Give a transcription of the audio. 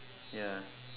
ya